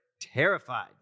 terrified